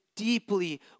deeply